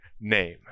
name